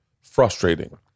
frustrating